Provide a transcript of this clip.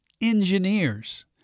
engineers